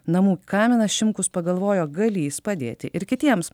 namų kaminą šimkus pagalvojo galįs padėti ir kitiems